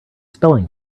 spelling